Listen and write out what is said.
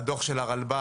הדוח של הרלב"ד,